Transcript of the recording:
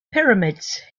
pyramids